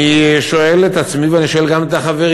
אני שואל את עצמי, ואני שואל גם את החברים,